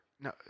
No